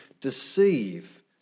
deceive